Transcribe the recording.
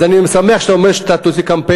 אז אני שמח שאתה אומר שאתה תוציא קמפיין,